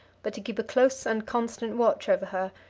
but to keep a close and constant watch over her,